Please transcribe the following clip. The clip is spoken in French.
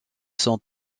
son